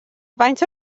faint